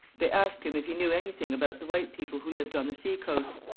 they asked him if he knew anything about the white people who lived on the sea-coast.